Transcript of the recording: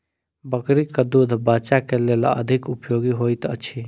बकरीक दूध बच्चाक लेल अधिक उपयोगी होइत अछि